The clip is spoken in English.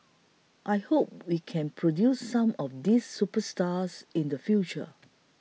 I hope we can produce some of these superstars in the future